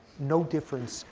no difference.